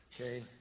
Okay